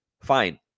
fine